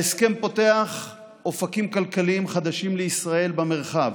ההסכם פותח אופקים כלכליים חדשים לישראל במרחב,